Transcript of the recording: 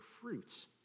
fruits